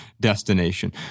destination